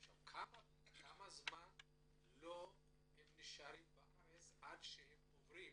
כמה זמן הם נשארים בארץ עד שהם עוברים